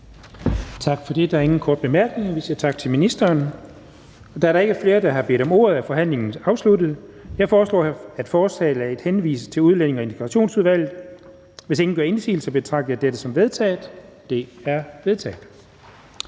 Tak for det. Der er ingen korte bemærkninger. Vi siger tak til ministeren. Da der ikke er flere, der har bedt om ordet, er forhandlingen afsluttet. Jeg foreslår, at lovforslaget henvises til Udlændinge- og Integrationsudvalget. Hvis ingen gør indsigelse, betragter jeg dette som vedtaget. Det er vedtaget.